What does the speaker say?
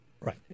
Right